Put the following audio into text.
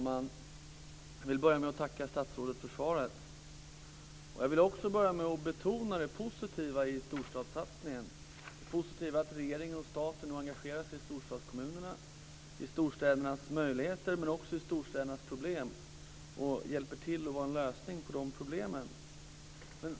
Fru talman! Jag börjar med att tacka för svaret och med att betona det positiva i storstadssatsningen - det positiva i att regeringen och staten engagerar sig i storstadskommunerna, i storstädernas möjligheter men också i storstädernas problem och hjälper till när det gäller att få en lösning på problemen.